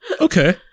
Okay